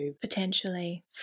potentially